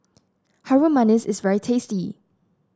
Harum Manis is very tasty